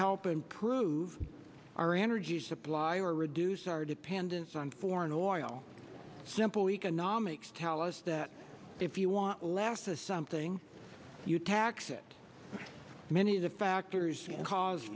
help improve our energy supply or reduce our dependence on foreign oil simple economics tell us that if you want less a something you tax it many of the factors cause